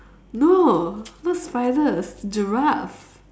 no not spiders giraffe